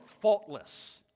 faultless